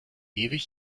ewig